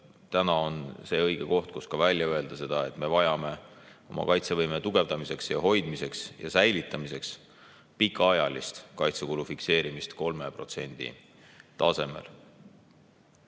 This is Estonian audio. täna on see õige koht, kus välja öelda seda, et me vajame oma kaitsevõime tugevdamiseks, hoidmiseks ja säilitamiseks pikaajalist kaitsekulu fikseerimist 3% tasemel.